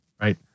right